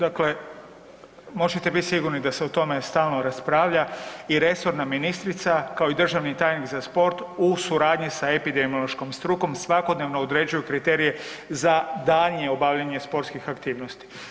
Dakle, možete bit sigurni da se o tome stalno raspravlja i resorna ministrica, kao i državni tajnik za sport u suradnji sa epidemiološkom strukom svakodnevno određuju kriterije za daljnje obavljanje sportskih aktivnosti.